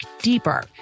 deeper